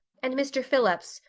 and mr. phillips,